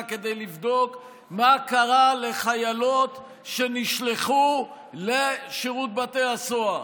כדי לבדוק מה קרה לחיילות שנשלחו לשירות בתי הסוהר?